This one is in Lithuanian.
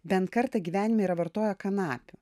bent kartą gyvenime yra vartoję kanapių